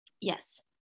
yes